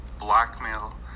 blackmail